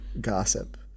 gossip